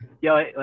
yo